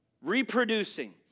reproducing